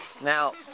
Now